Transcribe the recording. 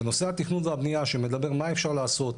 ונושא התכנון והבניה שמדבר מה אפשר לעשות,